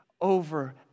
over